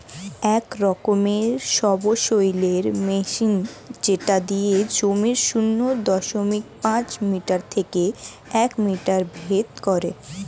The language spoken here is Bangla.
এক রকমের সবসৈলের মেশিন যেটা দিয়ে জমির শূন্য দশমিক পাঁচ মিটার থেকে এক মিটার ভেদ করে